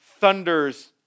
thunders